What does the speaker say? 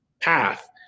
path